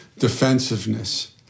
Defensiveness